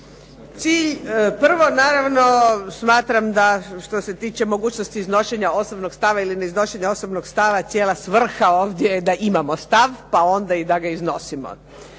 Cilj prvo naravno smatram da što se tiče mogućnosti iznošenja osobnog stava ili neiznošenja osobnog stava cijela svrha ovdje je da imamo stav pa onda i da ga iznosimo.